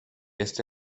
este